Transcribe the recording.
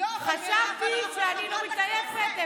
חשבתי שאני לא מתעייפת,